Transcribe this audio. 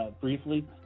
briefly